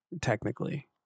technically